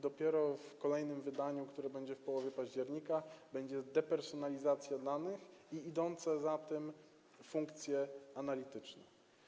Dopiero w kolejnym wydaniu, które będzie w połowie października, będzie depersonalizacja danych i będą idące za tym funkcje analityczne.